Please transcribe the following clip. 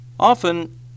Often